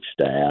staff